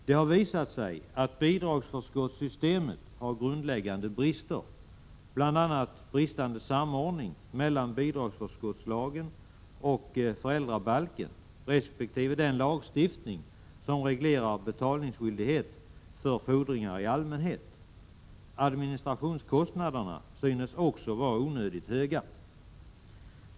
Det har visat sig att bidragsförskottssystemet har grundläggande brister. Bl. a. är samordningen bristfällig mellan bidragsförskottslagen och föräldrabalken resp. den lagstiftning som reglerar betalningsskyldighet för fordringar i allmänhet. Administrationskostnaderna synes också vara onödigt höga.